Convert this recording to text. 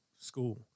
school